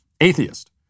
atheist